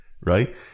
Right